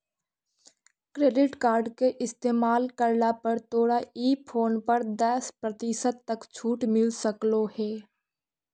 credit card के इस्तेमाल करला पर तोरा ई फोन पर दस प्रतिशत तक छूट मिल सकलों हे